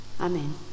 Amen